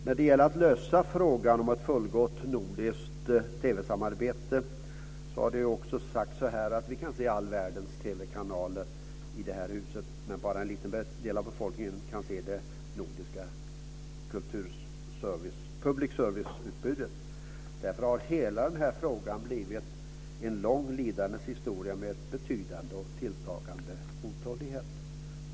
När det gäller att lösa frågan om ett fullgott nordiskt TV-samarbete har det sagts att vi kan se all världens TV-kanaler i det här huset. Men bara en liten del av befolkningen kan se det nordiska public service-utbudet. Därför har hela den här frågan blivit en lång lidandets historia med en betydande och tilltagande otålighet.